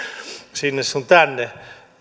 sinne sun tänne